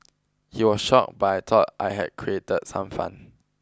he was shocked but I thought I had create some fun